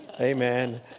Amen